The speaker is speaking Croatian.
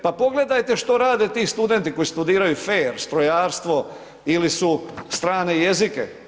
Pa pogledajte što rade ti studenti koji studiraju FER, strojarstvo ili su, strane jezike.